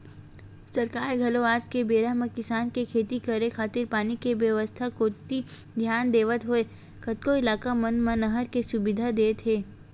सरकार घलो आज के बेरा म किसान के खेती करे खातिर पानी के बेवस्था कोती धियान देवत होय कतको इलाका मन म नहर के सुबिधा देत हे